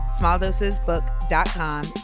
smalldosesbook.com